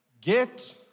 get